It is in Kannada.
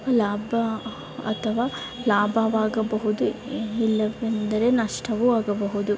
ಲಾಭ ಅಥವಾ ಲಾಭವಾಗಬಹುದು ಇಲ್ಲವೆಂದರೆ ನಷ್ಟವೂ ಆಗಬಹುದು